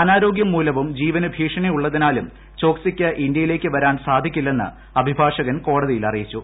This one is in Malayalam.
അനാരോഗ്യം മൂലവും ജീവനു ഭീഷണിയുള്ളതിനാലും ചോക്സിക്ക് ഇന്ത്യയിലേക്ക് വരാൻ സാധിക്കില്ലെന്ന് അഭിഭാഷകൻ കോടതിയിൽ അറിയിച്ചു